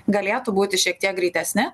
galėtų būti šiek tiek greitesni